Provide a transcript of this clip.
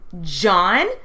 John